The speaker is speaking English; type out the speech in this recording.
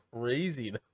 crazy